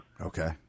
Okay